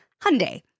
Hyundai